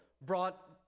brought